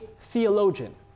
theologian